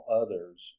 others